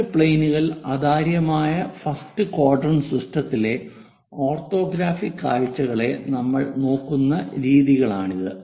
side പ്ലെയിനുകൾ അതാര്യമായ first quadrant സിസ്റ്റത്തിലെ ഓർത്തോഗ്രാഫിക് കാഴ്ചകളെ നമ്മൾ നോക്കുന്ന രീതികളാണിത്